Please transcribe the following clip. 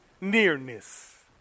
nearness